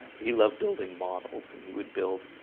he loved building models and he would build